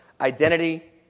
identity